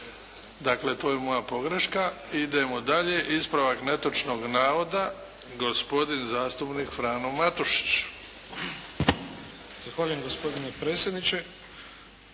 Dakle, to je moja pogreška. Idemo dalje, ispravak netočnog navoda. Gospodin zastupnik Frano Matušić. **Matušić, Frano